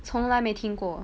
从来没听过